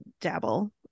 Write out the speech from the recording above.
dabble